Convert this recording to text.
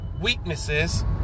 weaknesses